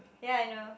then I know